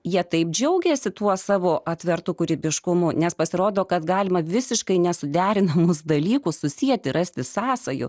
jie taip džiaugėsi tuo savo atvertų kūrybiškumu nes pasirodo kad galima visiškai nesuderinamus dalykus susieti rasti sąsajų